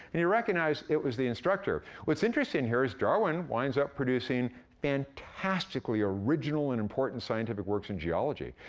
and you recognize, it was the instructor. what's interesting here is darwin winds up producing fantastically original and important scientific works in geology.